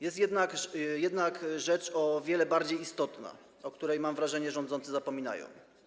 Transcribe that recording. Jest jednak rzecz o wiele bardziej istotna, o której - mam wrażenie - rządzący zapominają.